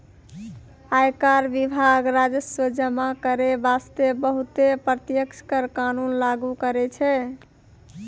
आयकर विभाग राजस्व जमा करै बासतें बहुते प्रत्यक्ष कर कानून लागु करै छै